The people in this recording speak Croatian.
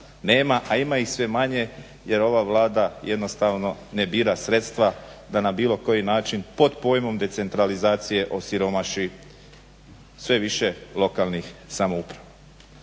nema, a ima ih sve manje jer ova Vlada jednostavno ne bira sredstva da na bilo koji način pod pojmom decentralizacije osiromaši sve više lokalnih samouprava.